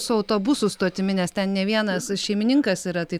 su autobusų stotimi nes ten ne vienas šeimininkas yra tai